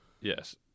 Yes